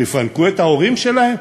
שיפנקו את ההורים שלהם?